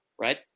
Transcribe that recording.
right